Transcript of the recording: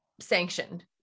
sanctioned